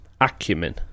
Acumen